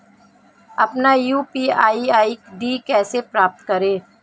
अपना UPI ID कैसे प्राप्त करें?